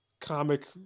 comic